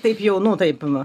taip jau nu taip